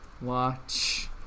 Watch